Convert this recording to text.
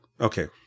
okay